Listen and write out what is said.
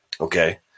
okay